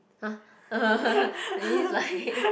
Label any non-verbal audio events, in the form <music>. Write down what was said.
!huh! <laughs> that means like